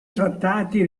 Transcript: trattati